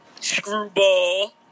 Screwball